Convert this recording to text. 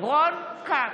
רון כץ,